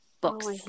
books